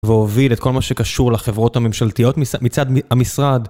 והוביל את כל מה שקשור לחברות הממשלתיות מצד המשרד.